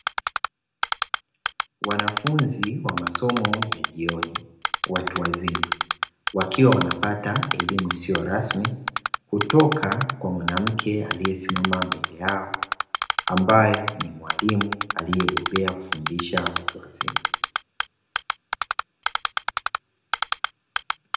Wanafunzi wa masomo ya jioni watu wazima, wakiwa wanapata elimu isiyo rasmi kutoka kwa mwanamke aliyesimama mbele yao ambaye ni mwalimu aliyebobea kufundisha watu wazima.